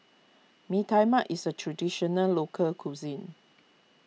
Mee Tai Mak is a Traditional Local Cuisine